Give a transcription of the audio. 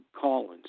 Collins